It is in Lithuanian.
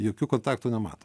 jokių kontaktų nemato